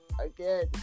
again